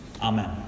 Amen